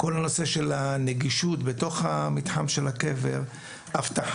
כל הנושא של הנגישות בתוך המתחם של הקבר, זה דורש